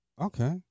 Okay